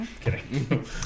Kidding